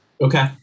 Okay